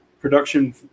production